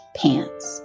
pants